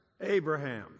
Abraham